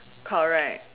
correct